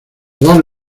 dos